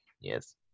Yes